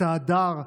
את ההדר,